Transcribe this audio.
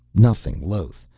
nothing loath,